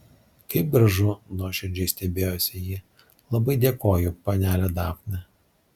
kaip gražu nuoširdžiai stebėjosi ji labai dėkoju panele dafne